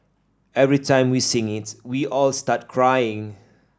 every time we sing it we all start crying